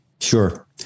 Sure